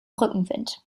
rückenwind